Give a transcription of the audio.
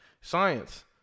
Science